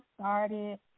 started